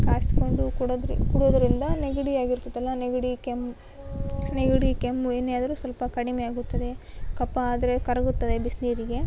ಕಾಸಿಕೊಂಡು ಕುಡದ್ರೆ ಕುಡ್ಯೋದ್ರಿಂದ ನೆಗಡಿ ಆಗಿರ್ತಿತಲ್ಲ ನೆಗಡಿ ಕೆಮ್ಮು ನೆಗಡಿ ಕೆಮ್ಮು ಏನೇ ಆದರು ಸ್ವಲ್ಪ ಕಡಿಮೆ ಆಗುತ್ತದೆ ಕಫ ಆದರೆ ಕರಗುತ್ತದೆ ಬಿಸಿನೀರಿಗೆ